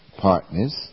partners